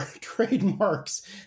trademarks